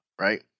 right